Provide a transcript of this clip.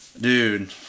dude